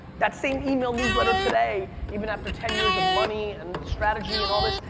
that same email newsletter today, even after ten years of money and strategy and all this,